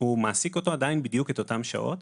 מעסיק אותו עדיין את אותן שעות,